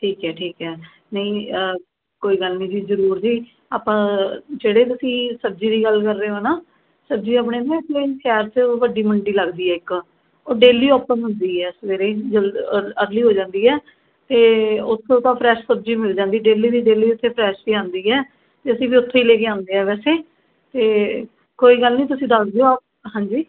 ਠੀਕ ਹੈ ਠੀਕ ਹੈ ਨਹੀਂ ਕੋਈ ਗੱਲ ਨਹੀਂ ਜੀ ਜ਼ਰੂਰ ਜੀ ਆਪਾਂ ਜਿਹੜੇ ਤੁਸੀਂ ਸਬਜ਼ੀ ਦੀ ਗੱਲ ਕਰ ਰਹੇ ਹੋ ਨਾ ਸਬਜ਼ੀ ਆਪਣੇ ਸ਼ਹਿਰ 'ਚ ਵੱਡੀ ਮੰਡੀ ਲੱਗਦੀ ਹੈ ਇੱਕ ਉਹ ਡੇਲੀ ਓਪਨ ਹੁੰਦੀ ਹੈ ਸਵੇਰੇ ਜਲ ਅਰ ਅਰਲੀ ਹੋ ਜਾਂਦੀ ਹੈ ਅਤੇ ਉਸ ਤੋਂ ਤਾਂ ਫਰੈੱਸ਼ ਸਬਜ਼ੀ ਮਿਲ ਜਾਂਦੀ ਡੇਲੀ ਦੀ ਡੇਲੀ ਉੱਥੇ ਫਰੈੱਸ਼ ਹੀ ਆਉਂਦੀ ਹੈ ਅਤੇ ਅਸੀਂ ਵੀ ਉੱਥੋਂ ਹੀ ਲੈ ਕੇ ਆਉਂਦੇ ਆ ਵੈਸੇ ਅਤੇ ਕੋਈ ਗੱਲ ਨਹੀਂ ਤੁਸੀਂ ਦੱਸ ਦਿਓ ਹਾਂਜੀ